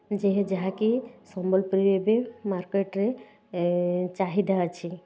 ଯିଏ ଯାହାକି ସମ୍ବଲପୁରୀ ଏବେ ମାର୍କେଟରେ ଚାହିଦା ଅଛି